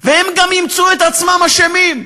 והם גם ימצאו את עצמם אשמים.